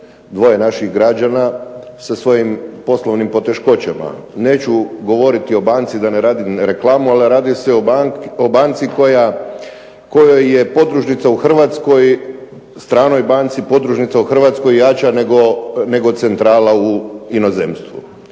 dvoje naših građana sa svojim poslovnim poteškoćama. Neću govoriti o banci da ne radim reklamu, ali radi se o banci kojoj je podružnica u Hrvatskoj, stranoj banci podružnica u Hrvatskoj jača nego centrala u inozemstvu.